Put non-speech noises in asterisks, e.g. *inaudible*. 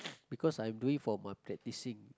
*noise* because I'm doing for my practising